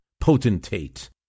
potentate